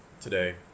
today